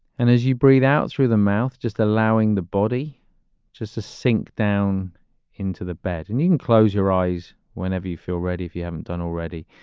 and as you breathe out through the mouth, just allowing the body just to sink down into the bed and even close your eyes whenever you feel ready if you haven't done already.